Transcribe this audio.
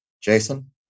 Jason